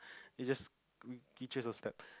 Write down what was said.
it's just picture of step